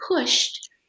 pushed